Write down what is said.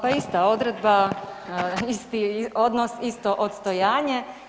Pa ista odredba, isti odnos, isto odstojanje.